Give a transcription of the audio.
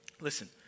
Listen